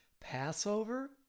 Passover